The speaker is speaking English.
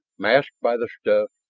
masked by the stuff,